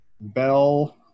Bell –